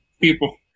people